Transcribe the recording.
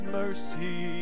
mercy